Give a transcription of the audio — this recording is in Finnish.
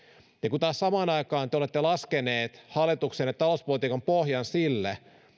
kun taas samaan aikaan te olette laskeneet hallituksenne talouspolitiikan pohjan sille